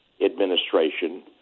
administration